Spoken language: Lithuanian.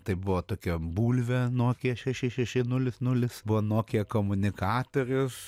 tai buvo tokia bulvė nokia šeši šeši nulis nulis buvo nokia komunikatorius